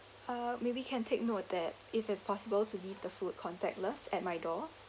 uh maybe can take note that if it possible to leave the food contactless at my door